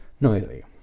noisy